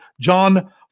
John